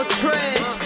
trash